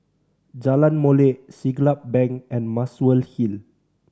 Jalan Molek Siglap Bank and Muswell Hill